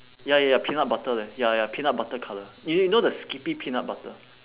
ya ya ya peanut butter leh ya ya peanut butter colour y~ you know the skippy peanut butter